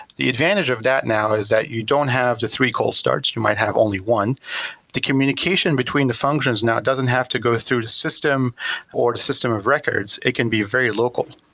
the advantage of that now is that you don't have the three cold start. you might have only one the communication between the functions now doesn't have to go through the system or the system of records. it can be very local,